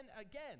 again